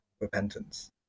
repentance